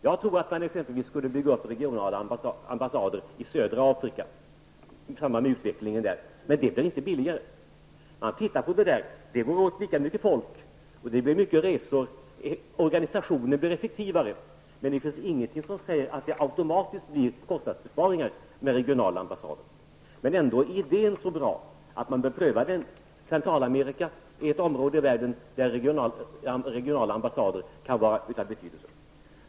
Jag tror att man t.ex. skulle kunna bygga upp regionala ambassader i södra Afrika i samband med utvecklingen där -- men det blir inte billigare. Jag har tittat på detta: det går åt lika mycket folk och det blir många resor. Organisationen blir effektivare, men det finns ingenting som säger att det automatiskt blir kostnadsbesparingar genom regionala ambassader. Ändå är idén så bra att man bör pröva den. Centralamerika är ett område i världen där regionala ambassader kan vara av betydelse.